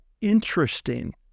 interesting